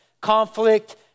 conflict